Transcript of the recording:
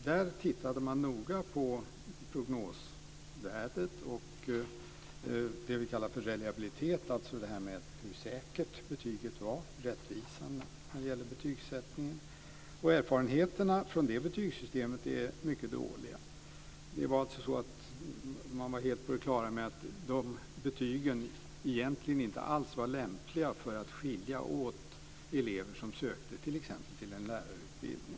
Där tittade man noga på prognosvärdet och det vi kallar för reliabilitet, dvs. hur säkert betyget är, hur rättvisande det är när det gäller betygssättning. Erfarenheterna från det betygssystemet är mycket dåliga. Man var helt på det klara med att de betygen egentligen inte alls var lämpliga för att skilja åt elever som sökte t.ex. till en lärarutbildning.